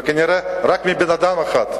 וכנראה רק מבן-אדם אחד,